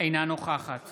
אינה נוכחת